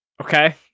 okay